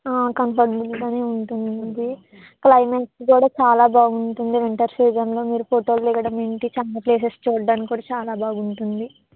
కంఫర్ట్బుల్గానే ఉంటుందండి ఇది క్లైమేట్ కూడా చాలా బాగుంటుంది వింటర్ సీజన్లో మీరు ఫోటోలు దిగడం ఏంటి చాలా ప్లేసెస్ చూడడానికి కూడా చాలా బాగుంటుంది